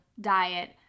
diet